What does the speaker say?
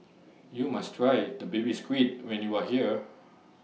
YOU must Try Baby Squid when YOU Are here